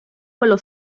quello